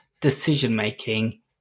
decision-making